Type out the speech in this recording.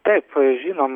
taip žinom